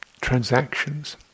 transactions